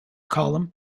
column